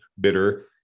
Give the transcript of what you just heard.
bitter